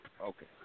Okay